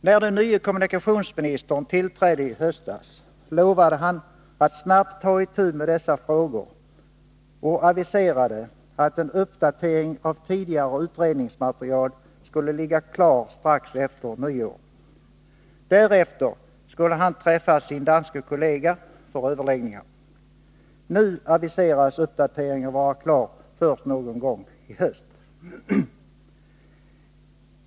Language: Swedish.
När den nye kommunikationsministern tillträdde i höstas, lovade han att snabbt ta itu med dessa frågor och aviserade att en uppdatering av tidigare utredningsmaterial skulle ligga klar strax efter nyår. Därefter skulle han träffa sin danske kollega för överläggningar. Nu aviseras uppdateringen vara klar först någon gång i höst.